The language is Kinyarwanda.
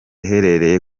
iherereye